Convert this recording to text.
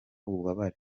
ububabare